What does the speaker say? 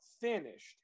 finished